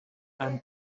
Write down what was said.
and